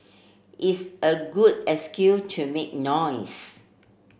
it's a good excuse to make noise